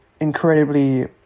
incredibly